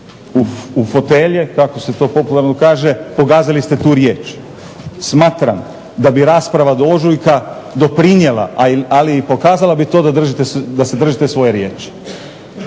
u fotelje kako se to popularno kaže, pogazili ste tu riječ. Smatram da bi rasprava do ožujka doprinijela ali pokazala bi i to da se držite svoje riječi.